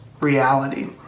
reality